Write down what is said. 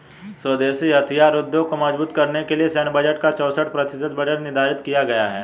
स्वदेशी हथियार उद्योग को मजबूत करने के लिए सैन्य बजट का चौसठ प्रतिशत बजट निर्धारित किया गया था